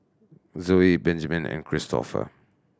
Zoey Benjiman and Kristoffer